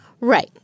Right